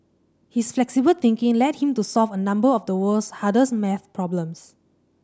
his flexible thinking led him to solve a number of the world's hardest maths problems